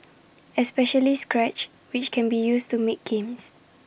especially scratch which can be used to make games